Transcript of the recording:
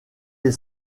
les